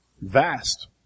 vast